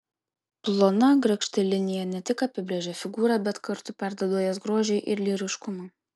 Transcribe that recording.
plona grakšti linija ne tik apibrėžia figūrą bet kartu perduoda jos grožį ir lyriškumą